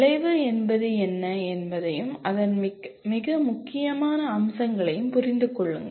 விளைவு என்பது என்ன என்பதையும் அதன் மிக முக்கியமான அம்சங்களையும் புரிந்து கொள்ளுங்கள்